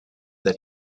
that